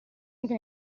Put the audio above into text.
anche